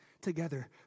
together